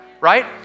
Right